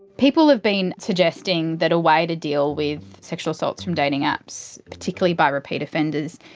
people have been suggesting that a way to deal with sexual assaults from dating apps, particularly by repeat offenders,